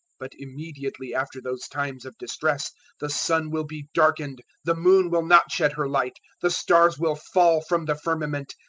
but immediately after those times of distress the sun will be darkened, the moon will not shed her light, the stars will fall from the firmament,